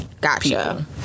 Gotcha